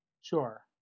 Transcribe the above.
Sure